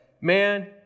man